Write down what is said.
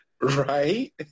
Right